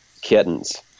kittens